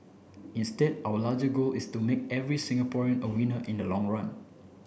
instead our larger goal is to make every Singaporean a winner in the long run